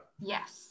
Yes